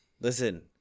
Listen